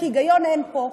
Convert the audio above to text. כי היגיון אין פה.